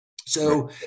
So-